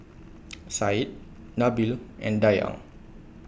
Syed Nabil and Dayang